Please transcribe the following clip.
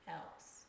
else